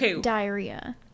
diarrhea